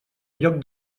lloc